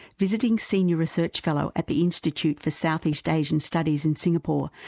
visiting senior research fellow at the institute for south east asian studies in singapore,